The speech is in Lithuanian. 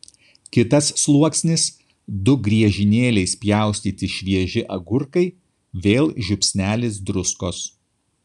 kitas sluoksnis du griežinėliais pjaustyti švieži agurkai vėl žiupsnelis druskos